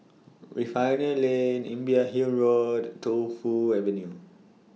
Refinery Lane Imbiah Hill Road Tu Fu Avenue